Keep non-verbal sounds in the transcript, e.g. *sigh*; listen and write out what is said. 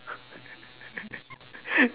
*laughs*